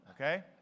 Okay